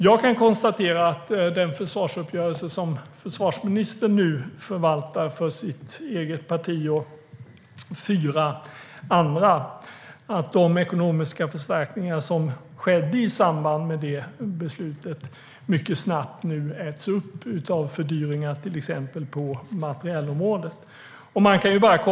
Försvarsministern förvaltar nu en försvarsuppgörelse för sitt eget parti och fyra andra, och jag kan konstatera att de ekonomiska förstärkningar som skedde i samband med det beslutet mycket snabbt äts upp av fördyringar på till exempel materielområdet.